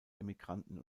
emigranten